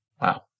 Wow